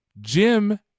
Jim